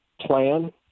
plan